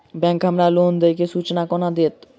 Bank हमरा loan देय केँ सूचना कोना देतय?